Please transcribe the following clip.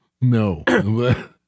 No